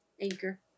Anchor